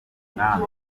umwami